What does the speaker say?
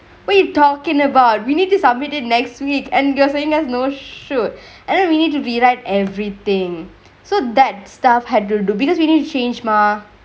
we're talkingk about we need this upgraded next week and you are sayingk there's no shoot and then we need to rewrite everythingk so that staff had to do because we didn't changke mah